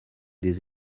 des